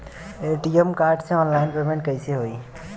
ATM card से online payment कैसे होई?